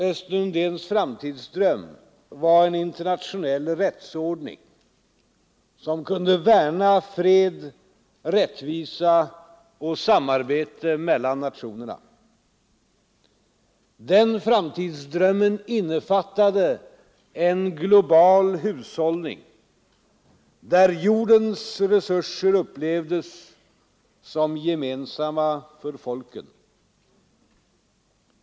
Östen Undéns framtidsdröm var en internationell rättsordning som kunde värna fred, rättvisa och samarbete mellan nationerna. Den framtidsdrömmen innefattade en global hushållning där jordens resurser upplevdes som gemensamma för folken.